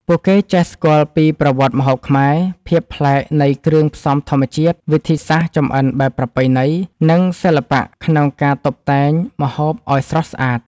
ពួកគេចេះស្គាល់ពីប្រវត្តិម្ហូបខ្មែរ ភាពប្លែកនៃគ្រឿងផ្សំធម្មជាតិ វិធីសាស្រ្តចម្អិនបែបប្រពៃណី, និងសិល្បៈក្នុងការតុបតែងម្ហូបឲ្យស្រស់ស្អាត។